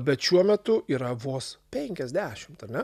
bet šiuo metu yra vos penkiasdešimt ar ne